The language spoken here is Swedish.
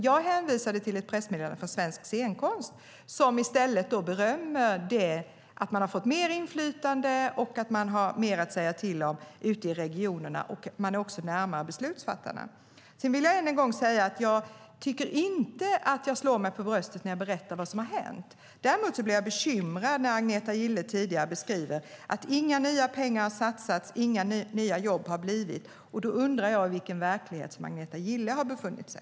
Jag hänvisade till ett pressmeddelande från Svensk scenkonst som i stället berömmer detta att man har fått mer inflytande och mer att säga till om ute i regionerna och att man också är närmare beslutsfattarna. Sedan tycker jag inte att jag slår mig för bröstet när jag berättar vad som har hänt. Och jag blev bekymrad när Agneta Gille tidigare beskrev att inga nya pengar har satsats och att det inte har blivit några nya jobb. Då undrar jag i vilken verklighet som Agneta Gille har befunnit sig?